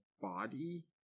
body